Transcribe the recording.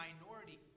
minority